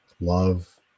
Love